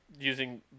using